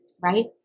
right